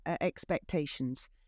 expectations